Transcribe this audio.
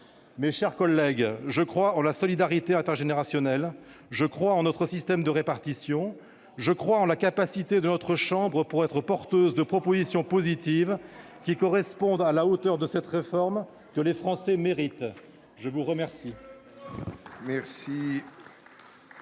Mes chers collègues, je crois à la solidarité intergénérationnelle, je crois en notre système de répartition, je crois en la capacité de notre chambre de formuler des propositions positives qui seront à la hauteur de cette réforme que les Français méritent. La parole